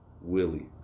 Willie